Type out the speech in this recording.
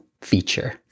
feature